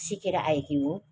सिकेर आएकी हुँ